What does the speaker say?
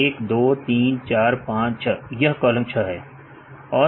1 2 3 4 5 6 यह कॉलम 6 है